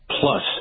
plus